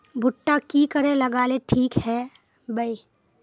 भुट्टा की करे लगा ले ठिक है बय?